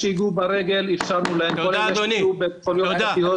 אני מסתייג מביטויים כמו סלקציה ודברים כאלה.